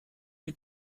die